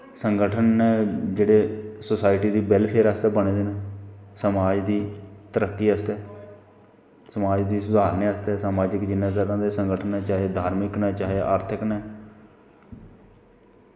संगठन न जेह्ड़े सोसाईटी दी बैल्लफेयर आस्तै बने दे न समाज दी तरक्की आस्तै समाज गी सुधारने आस्तै समाजिक जिन्ने जादा संगठन न चाहे धार्मिक न चाहे आर्थिक न